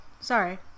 sorry